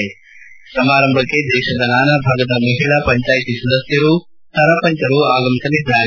ಈ ಸಮಾರಂಭಕ್ಕೆ ದೇಶದ ನಾನಾ ಭಾಗದ ಮಹಿಳಾ ಪಂಚಾಯಿತಿ ಸದಸ್ಯರು ಸರಪಂಚರು ಆಗಮಿಸಲಿದ್ದಾರೆ